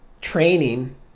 training